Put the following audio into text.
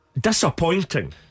Disappointing